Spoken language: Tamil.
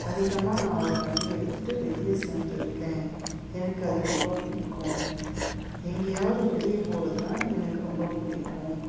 அதிகமாக நான் அவர் வண்டி எடுத்துட்டு வெளியே சென்றிருக்கேன் எனக்கு அது ரொம்ப பிடிக்கும் எங்கேயாவது வெளியே போகிறதுனா எனக்கு ரொம்ப பிடிக்கும்